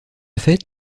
fait